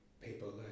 People